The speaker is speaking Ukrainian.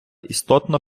істотно